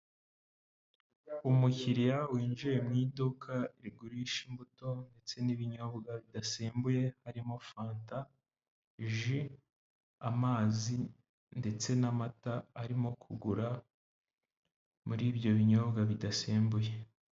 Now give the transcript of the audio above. Umukiriya winjiye mu iduka rigurisha imbuto, ndetse n'ibinyobwa bidasembuye, harimo fanta, jI, amazi ndetse n'amata arimo kugura muri ibyo binyobwa bidasembuye.